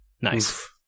Nice